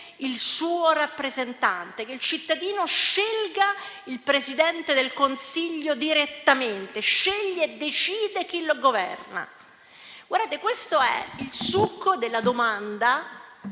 il suo rappresentante, che il cittadino scelga il Presidente del Consiglio direttamente, scelga e decida chi lo governa. Ebbene, questo è il succo della domanda